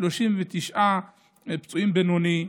39 פצועים בינוני,